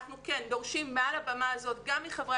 אנחנו דורשים מעל הבמה הזאת גם מחברי